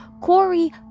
Corey